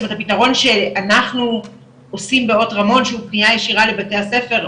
זאת אומרת הפתרון שאנחנו עושים באות רמון שהוא פנייה ישירה לבתי הספר,